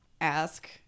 ask